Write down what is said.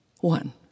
One